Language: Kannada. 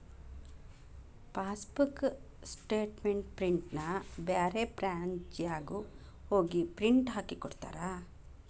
ಫಾಸ್ಬೂಕ್ ಸ್ಟೇಟ್ಮೆಂಟ್ ಪ್ರಿಂಟ್ನ ಬ್ಯಾರೆ ಬ್ರಾಂಚ್ನ್ಯಾಗು ಹೋಗಿ ಪ್ರಿಂಟ್ ಹಾಕಿಕೊಡ್ತಾರ